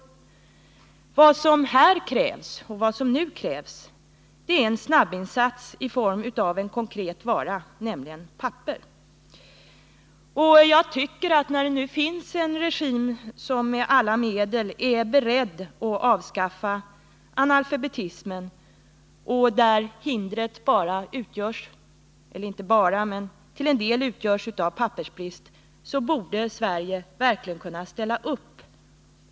Vad som nu krävs här är en snabbinsats i form av en konkret vara, nämligen papper. När det nu finns en regim som med alla medel är beredd att avskaffa analfabetismen och där hindret till en del utgörs av pappersbrist borde Sverige verkligen kunna ställa upp.